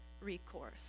recourse